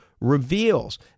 reveals